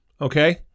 okay